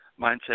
mindset